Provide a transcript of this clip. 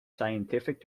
scientific